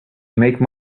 make